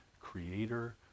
creator